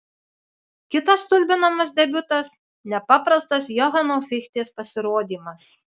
kitas stulbinamas debiutas nepaprastas johano fichtės pasirodymas